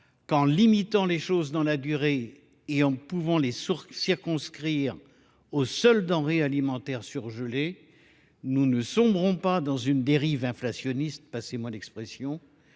qu'en limitant les choses dans la durée et en pouvant les circonscrire aux seuls denrées alimentaires surgelées, nous ne somberons pas dans une dérive inflationniste – passez-moi l'expression